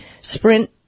Sprint